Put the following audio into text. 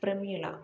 Prameela